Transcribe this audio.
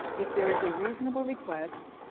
if there is a reasonable request,